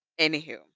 Anywho